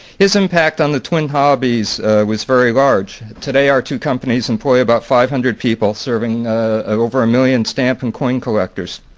his impact on the twin hobbies was very large. today our two companies employ about five hundred people serving over a million stamp and coin collectors.